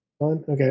Okay